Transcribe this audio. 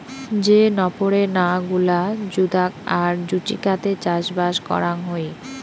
যে নপরে না গুলা জুদাগ আর জুচিকাতে চাষবাস করাং হই